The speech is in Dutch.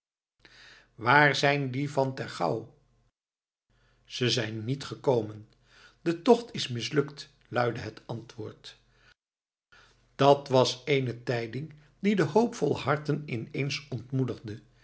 waar zijn die van ter gouw ze zijn niet gekomen de tocht is mislukt luidde het antwoord dat was eene tijding die de hoopvolle harten ineens ontmoedigde